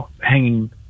hanging